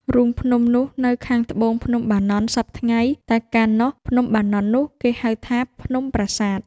រូងភ្នំនោះនៅខាងត្បូង ភ្នំ បាណន់ សព្វថ្ងៃ តែកាលនោះ ភ្នំបាណន់ នោះគេហៅថា ភ្នំប្រាសាទ ។